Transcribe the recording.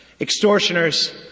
extortioners